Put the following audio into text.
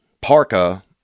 parka